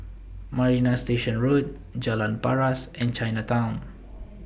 Marina Station Road Jalan Paras and Chinatown